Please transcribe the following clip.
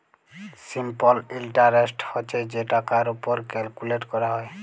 simple interest হছে যে টাকার উপর ক্যালকুলেট ক্যরা হ্যয়